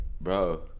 bro